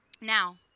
Now